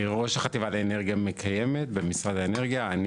ראש חטיבה לאנרגיה מקיימת במשרד האנרגיה.